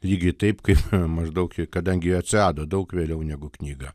lygiai taip kaip maždaug kadangi atsirado daug vėliau negu knyga